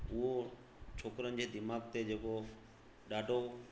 उहो छोकिरनि जे दिमाग़ ते जेको ॾाढो